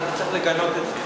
ואתה צריך לגנות את זה.